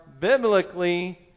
biblically